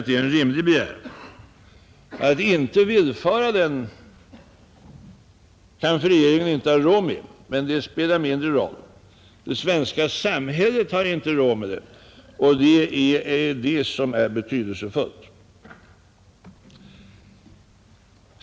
Det är en rimlig begäran, anser jag. Att inte villfara den har nog regeringen inte råd med. Men det spelar mindre roll. Det svenska samhället har inte råd. Och det är det som är betydelsefullt.